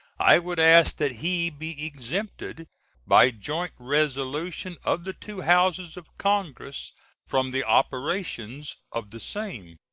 i would ask that he be exempted by joint resolution of the two houses of congress from the operations of the same.